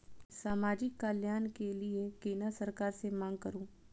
समाजिक कल्याण के लीऐ केना सरकार से मांग करु?